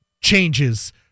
changes